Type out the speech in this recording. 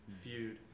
feud